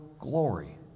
glory